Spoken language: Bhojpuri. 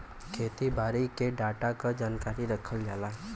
खेती बारी के डाटा क जानकारी रखल जाला